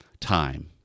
time